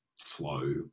flow